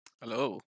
hello